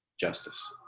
justice